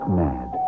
mad